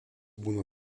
būna